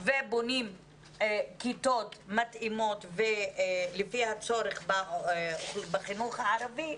ובונים כיתות מתאימות לפי הצורך בחינוך הערבי,